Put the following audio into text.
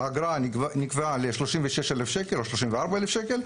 האגרה נקבעה ל-36,000 שקל או 34,000 שקל,